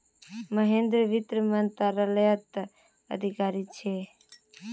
महेंद्र वित्त मंत्रालयत अधिकारी छे